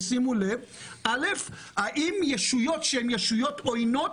הוא האם ישויות שהן ישויות עוינות,